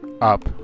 up